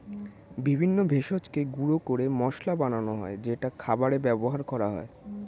বিভিন্ন ভেষজকে গুঁড়ো করে মশলা বানানো হয় যেটা খাবারে ব্যবহার করা হয়